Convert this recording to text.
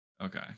Okay